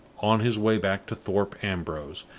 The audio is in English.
on his way back to thorpe ambrose,